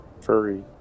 furry